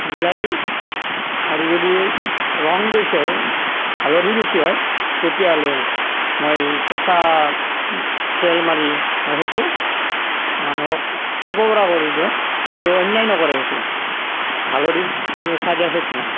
মিলাই দিওঁ আৰু যদি ৰং বেছি হয় হালধি বেছি হয় তেতিয়াহ'লে মই কেঁচা তেল মাৰি মই সেইটো মানুহক খাব পৰা কৰি দিওঁ কিন্তু অন্যায় নকৰে সেইটো হালধিত কোনো চাইড এফেক্ট নাই